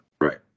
right